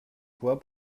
quoi